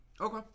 Okay